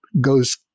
goes